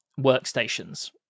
workstations